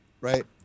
Right